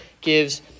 gives